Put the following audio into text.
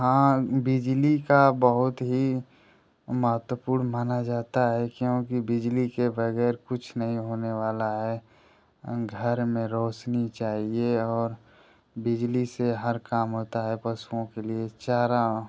हाँ बिजली का बहुत ही महत्वपूर्ण माना जाता है क्योंकि बिजली के बगैर कुछ नहीं होने वाला है घर में रौशनी चाहिए और बिजली से हर काम होता है पशुओं के लिए चारा